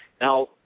Now